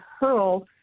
hurl